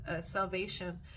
salvation